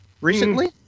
recently